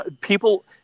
people –